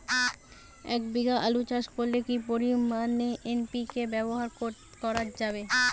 এক বিঘে আলু চাষ করলে কি পরিমাণ এন.পি.কে ব্যবহার করা যাবে?